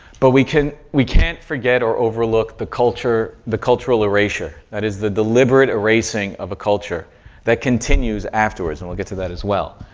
but we can we can't forget or overlook the culture the cultural erasure. that is, the deliberate erasing of a culture that continues afterwards. and we'll get to that as well.